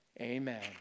Amen